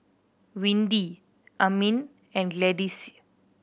Windy Amin and Gladyce